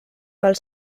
pel